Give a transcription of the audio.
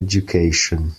education